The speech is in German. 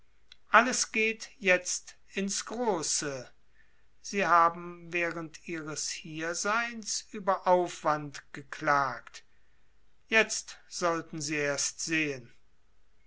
alles geht jetzt ins große sie haben während ihres hierseins über aufwand geklagt jetzt sollten sie erst sehen